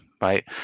right